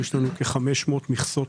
יש לנו כ-500 מכסות